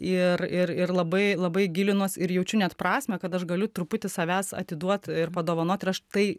ir ir ir labai labai gilinuos ir jaučiu net prasmę kad aš galiu truputį savęs atiduot ir padovanot ir aš tai